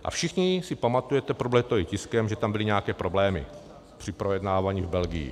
A všichni si pamatujete, proběhlo to i tiskem, že tam byly nějaké problémy při projednávání s Belgií.